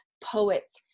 poets